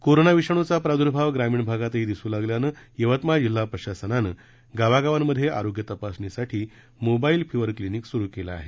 corona विषाणूवा प्रादूर्भाव ग्रामीण भागातही दिसू लागल्यानं यवतमाळ जिल्हा प्रशासनानं गावागावांमध्ये आरोग्य तपासणीसाठी मोबाईल फिवर क्लिनिक सुरु केलं आहे